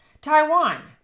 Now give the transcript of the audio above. Taiwan